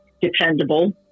dependable